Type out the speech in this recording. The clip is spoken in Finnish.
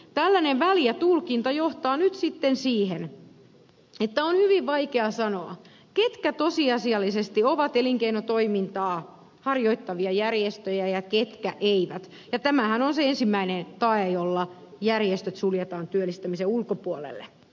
tällainen väljä tulkinta johtaa nyt sitten siihen että on hyvin vaikea sanoa mitkä tosiasiallisesti ovat elinkeinotoimintaa harjoittavia järjestöjä ja mitkä eivät ja tämähän on se ensimmäinen tae jolla järjestöt suljetaan työllistämisen ulkopuolelle